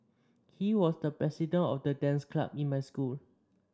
he was the president of the dance club in my school